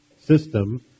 system